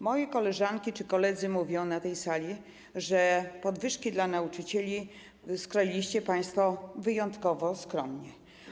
Moje koleżanki czy koledzy mówią na tej sali, że podwyżki dla nauczycieli skroiliście państwo wyjątkowo skromnie.